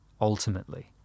ultimately